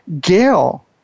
gail